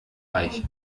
reich